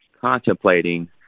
contemplating